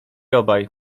obaj